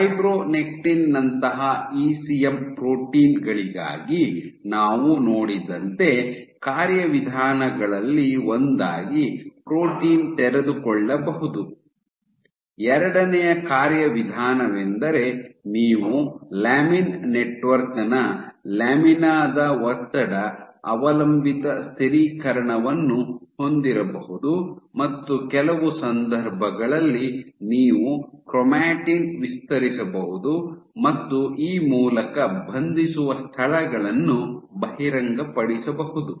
fibronectin ನಂತಹ ECM protein ಗಳಿಗಾಗಿ ನಾವು ನೋಡಿದಂತೆ ಕಾರ್ಯವಿಧಾನಗಳಲ್ಲಿ ಒಂದಾಗಿ ಪ್ರೋಟೀನ್ ತೆರೆದುಕೊಳ್ಳಬಹುದು ಎರಡನೆಯ ಕಾರ್ಯವಿಧಾನವೆಂದರೆ ನೀವು ಲ್ಯಾಮಿನ್ ನೆಟ್ವರ್ಕ್ ನ ಲ್ಯಾಮಿನಾ ದ ಒತ್ತಡ ಅವಲಂಬಿತ ಸ್ಥಿರೀಕರಣವನ್ನು ಹೊಂದಿರಬಹುದು ಮತ್ತು ಕೆಲವು ಸಂದರ್ಭಗಳಲ್ಲಿ ನೀವು ಕ್ರೊಮಾಟಿನ್ ವಿಸ್ತರಿಸಬಹುದು ಮತ್ತು ಆ ಮೂಲಕ ಬಂಧಿಸುವ ಸ್ಥಳಗಳನ್ನು ಬಹಿರಂಗಪಡಿಸಬಹುದು